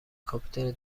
کاپیتان